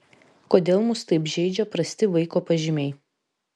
kodėl mus taip žeidžia prasti vaiko pažymiai